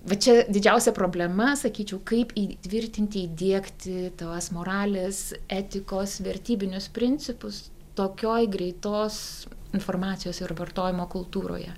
va čia didžiausia problema sakyčiau kaip įtvirtinti įdiegti tuos moralės etikos vertybinius principus tokioj greitos informacijos ir vartojimo kultūroje